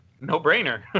no-brainer